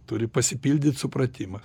turi pasipildyt supratimas